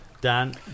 Dan